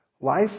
Life